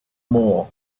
more